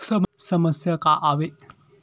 समस्या का आवे?